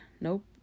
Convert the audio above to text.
nope